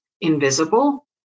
invisible